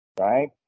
Right